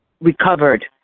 recovered